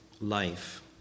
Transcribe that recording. life